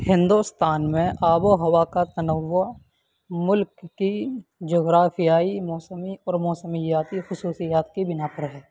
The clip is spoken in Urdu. ہندوستان میں آب و ہوا کا تنوع ملک کی جغرافیائی موسمی اور موسمیاتی خصوصیات کی بنا پر ہے